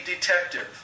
detective